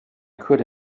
could